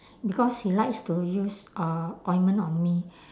because he likes to use uh ointment on me